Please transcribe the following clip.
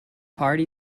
party